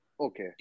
Okay